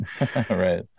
Right